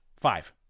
Five